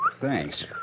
Thanks